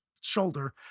shoulder